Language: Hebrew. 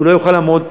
הוא לא יוכל לעמוד,